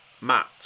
Matt